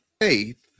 faith